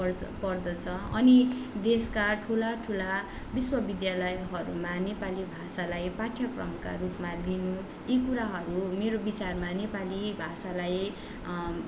पर्छ पर्दछ अनि देशका ठुला ठुला विश्वविद्यालयहरूमा नेपाली भाषालाई पाठ्यक्रमका रूपमा लिनु यी कुराहरू मेरो विचारमा नेपाली भाषालाई